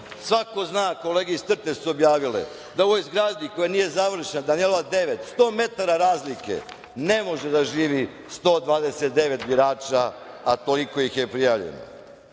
zna, kolege iz CRTA-e su objavile, da u ovoj zgradi, koja nije završena, Danilova 9, 100 metara razlike, ne može da živi 129 birača, a toliko ih je prijavljeno.